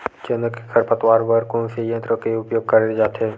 चना के खरपतवार बर कोन से यंत्र के उपयोग करे जाथे?